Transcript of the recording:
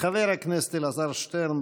חבר הכנסת אלעזר שטרן,